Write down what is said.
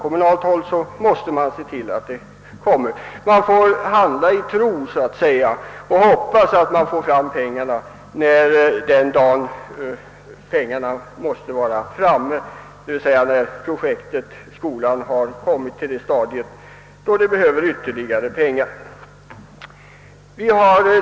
Man får så att säga handla i förhoppning om att få fram pengar till den dag då skolans uppförande kommit till det stadium att ytterligare pengar erfordras.